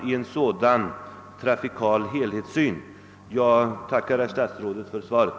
Jag tackar än en gång herr statsrådet för svaret.